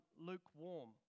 lukewarm